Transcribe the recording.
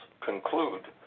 conclude